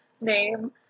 name